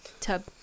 tub